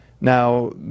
now